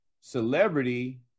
celebrity